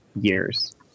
years